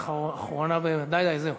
אחרונה באמת.